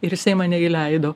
ir jisai mane įleido